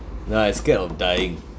nah I scared of dying